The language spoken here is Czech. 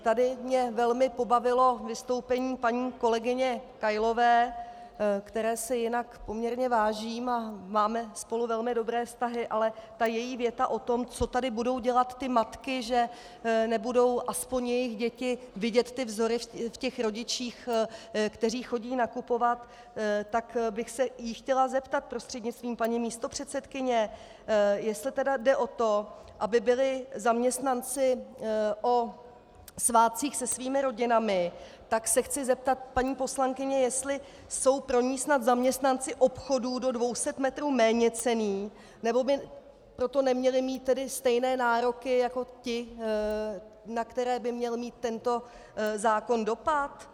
Tady mě velmi pobavilo vystoupení paní kolegyně Kailové, které si jinak poměrně vážím, a máme spolu velmi dobré vztahy, ale ta její věta o tom, co tady budou dělat ty matky, že nebudou, aspoň jejich děti, vidět ty vzory v rodičích, kteří chodí nakupovat, tak bych se jí chtěla zeptat prostřednictvím paní místopředsedkyně, jestli tedy jde o to, aby byli zaměstnanci o svátcích se svými rodinami, tak se chci zeptat paní poslankyně, jestli jsou pro ni snad zaměstnanci obchodů do 200 metrů méněcenní, nebo by proto neměli mít tedy stejné nároky, jako ti, na které by měl mít tento zákon dopad?